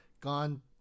gone